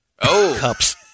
Cups